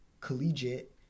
collegiate